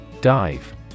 Dive